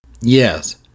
Yes